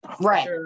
Right